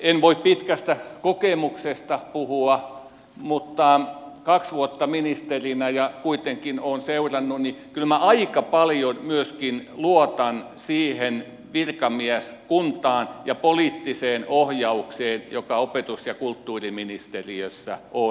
en voi pitkästä kokemuksesta puhua kaksi vuotta ministerinä ja kuitenkin kun olen seurannut niin kyllä minä aika paljon myöskin luotan siihen virkamieskuntaan ja poliittiseen ohjaukseen joka opetus ja kulttuuriministeriössä on